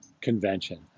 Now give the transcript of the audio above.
convention